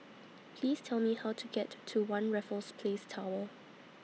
Please Tell Me How to get to one Raffles Place Tower